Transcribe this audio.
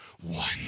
one